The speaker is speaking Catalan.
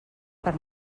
per